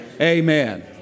Amen